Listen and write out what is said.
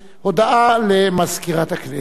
הודעה למזכירת הכנסת.